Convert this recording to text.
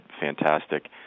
fantastic